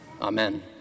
Amen